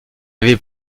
avait